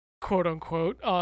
quote-unquote